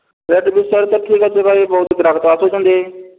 rate ବିଷୟରେ ତ ଠିକ ଅଛି ଭାଇ ବହୁତ ଗ୍ରାହକ ତ ଆସୁଛନ୍ତି